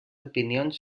opinions